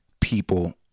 people